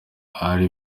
ari